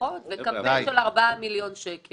משפחות וקמפיין של 4 מיליון שקל.